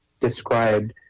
described